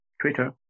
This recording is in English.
Twitter